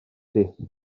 ydy